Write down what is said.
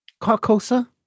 Carcosa